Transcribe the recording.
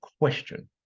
question